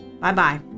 Bye-bye